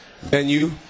venue